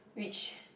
which